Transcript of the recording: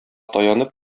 таянып